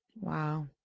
Wow